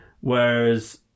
Whereas